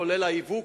כולל הייבוא,